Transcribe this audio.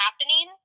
happening